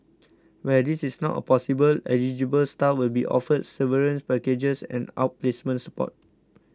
where this is not a possible eligible staff will be offered severance packages and outplacement support